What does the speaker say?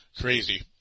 Crazy